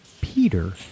Peter